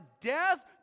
death